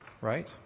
right